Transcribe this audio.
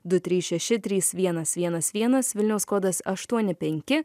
du trys šeši trys vienas vienas vienas vilniaus kodas aštuoni penki